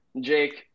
Jake